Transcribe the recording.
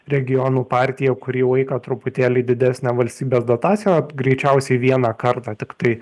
regionų partija jau kurį laiką truputėlį didesnė valstybės dotacija greičiausiai vieną kartą tiktai